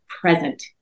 present